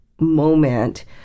moment